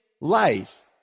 life